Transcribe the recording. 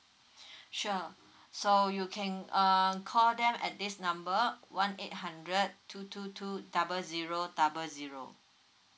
sure so you can go um call them at this number one eight hundred two two two double zero double zero